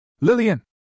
Lillian